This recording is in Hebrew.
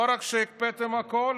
ולא רק שהקפאתם הכול,